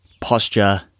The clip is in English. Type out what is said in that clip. posture